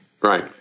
Right